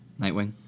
Nightwing